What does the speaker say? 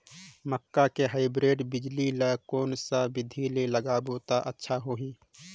मक्का के हाईब्रिड बिजली ल कोन सा बिधी ले लगाबो त अच्छा होहि?